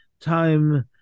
time